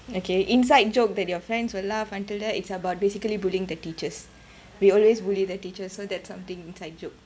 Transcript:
okay inside joke that your friends will laugh until that it's about basically bullying the teachers we always bully the teachers so that's something inside joke